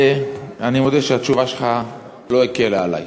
אני מודה שהתשובה שלך לא הקלה עלי.